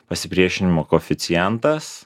pasipriešinimo koeficientas